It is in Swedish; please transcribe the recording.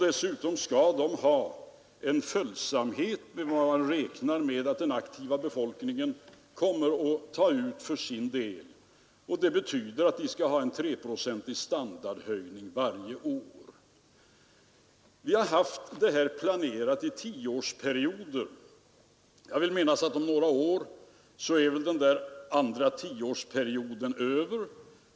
Dessutom skall pensionerna vara följsamma till vad man räknar med att den aktiva befolkningen för sin del kommer att ta ut, och det betyder en 3-procentig standardhöjning varje år. Vi har lagt upp denna planering i tioårsperioder. Jag vill minnas att den andra tioårsperioden utgår om några år.